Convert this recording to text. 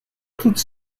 toute